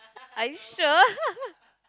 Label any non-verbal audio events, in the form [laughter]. are you sure [laughs]